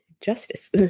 justice